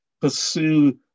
pursue